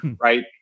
right